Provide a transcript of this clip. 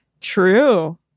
True